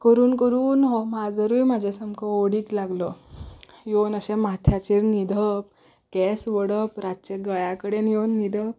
करून करून हें माजरय म्हज्या सामकें ओडीक लागलें येवन अशें माथ्याचेर न्हिदप केंस ओडप रातचें गळ्या कडेन येवन न्हिदप